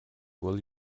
will